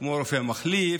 כמו רופא מחליף,